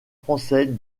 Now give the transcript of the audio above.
français